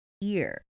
ear